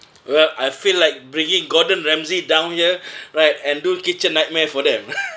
well I feel like bringing gordon ramsay down here right and do kitchen nightmare for them